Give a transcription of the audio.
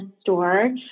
store